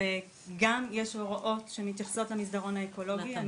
וגם יש הוראות שמתייחסות למסדרון האקולוגי.